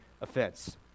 offense